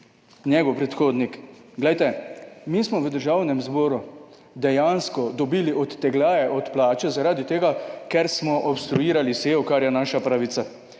njegov predhodnik. Glejte, mi smo v Državnem zboru dejansko dobili odtegljaje od plače, zaradi tega, ker smo obstruirali sejo, kar je naša pravica